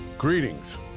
Greetings